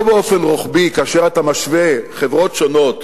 לא באופן רוחבי כאשר אתה משווה חברות שונות